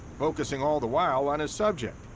focusing all the while on his subject,